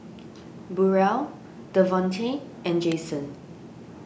Burrel Devontae and Jason